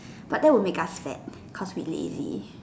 but that would make us sad because we lazy